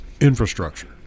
infrastructure